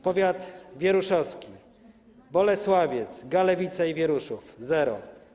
Powiat wieruszowski: Bolesławiec, Galewice i Wieruszów - zero.